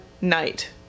night